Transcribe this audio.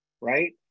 right